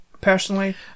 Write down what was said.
personally